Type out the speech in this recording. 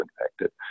infected